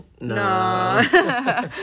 no